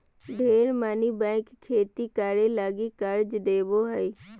ढेर मनी बैंक खेती करे लगी कर्ज देवो हय